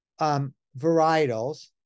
varietals